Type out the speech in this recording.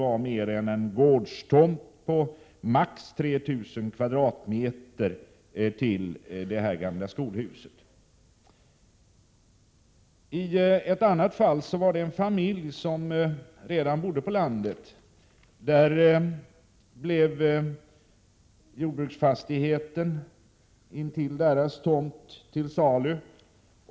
Gårdstomten fick omfatta maximalt 3 000 m? när det gällde det gamla skolhuset. I det andra fallet gällde det en familj som redan bodde på landet. Jordsbruksfastigheten intill familjens tomt var till salu.